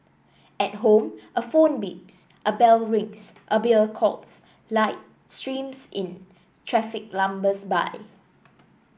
at home a phone beeps a bell rings a beer calls light streams in traffic lumbers by